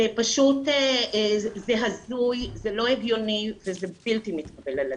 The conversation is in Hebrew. זה הזוי, זה לא הגיוני וזה בלתי מתקבל על הדעת.